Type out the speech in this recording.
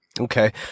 okay